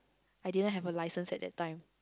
I didn't have a license at that time